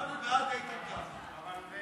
הצבענו בעד איתן כבל.